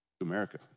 America